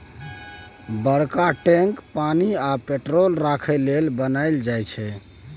बरका टैंक पानि आ पेट्रोल राखय लेल बनाएल जाई छै